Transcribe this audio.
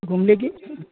घूमने की